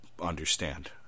understand